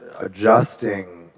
adjusting